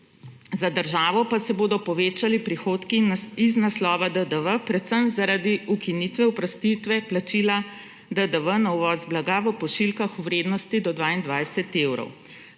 za državo pa se bodo povečali prihodki iz naslova DDV predvsem zaradi ukinitve oprostitve plačila DDV na uvoz blaga v pošiljkah v vrednosti do 22 evrov.